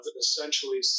essentially